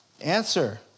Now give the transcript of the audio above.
Answer